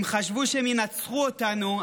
הם חשבו שהם ינצחו אותנו,